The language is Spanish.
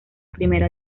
primera